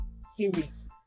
series